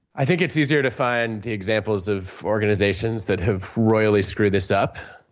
i think it's easier to find the examples of organizations that have royally screwed this up.